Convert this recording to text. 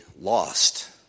lost